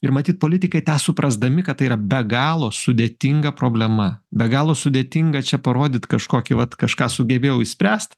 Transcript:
ir matyt politikai tą suprasdami kad tai yra be galo sudėtinga problema be galo sudėtinga čia parodyt kažkokį vat kažką sugebėjau išspręst